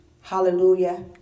Hallelujah